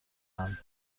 اند